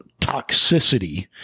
toxicity